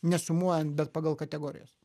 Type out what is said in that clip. nesumuojant bet pagal kategorijas